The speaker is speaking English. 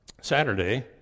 Saturday